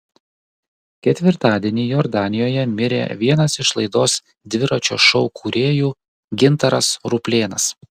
ketvirtadienį jordanijoje mirė vienas iš laidos dviračio šou kūrėjų gintaras ruplėnas